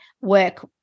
work